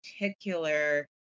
particular